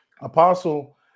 Apostle